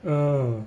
oh